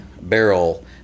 barrel